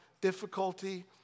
difficulty